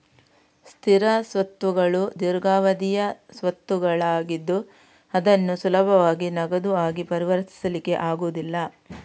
ಸ್ಥಿರ ಸ್ವತ್ತುಗಳು ದೀರ್ಘಾವಧಿಯ ಸ್ವತ್ತುಗಳಾಗಿದ್ದು ಅದನ್ನು ಸುಲಭವಾಗಿ ನಗದು ಆಗಿ ಪರಿವರ್ತಿಸ್ಲಿಕ್ಕೆ ಆಗುದಿಲ್ಲ